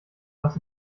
was